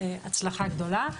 תודה רבה.